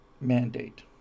mandate